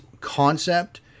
concept